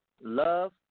love